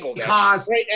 Cause